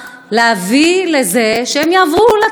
להביא לזה שהם יעברו לצד הזה,